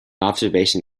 observation